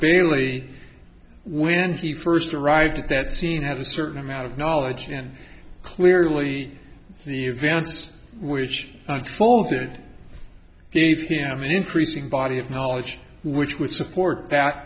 bailey when he first arrived at that scene had a certain amount of knowledge and clearly the events which unfolded gave him an increasing body of knowledge which would support that